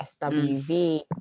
SWV